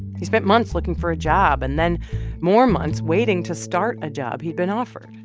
he spent months looking for a job and then more months waiting to start a job he'd been offered.